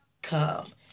Come